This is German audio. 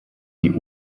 die